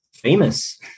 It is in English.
famous